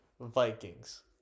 Vikings